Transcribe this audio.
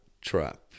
trap